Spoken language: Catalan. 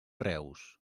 reus